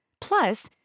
plus